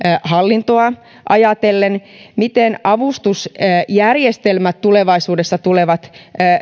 hallintoa ajatellen miten avustusjärjestelmät tulevaisuudessa tulevat